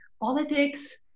politics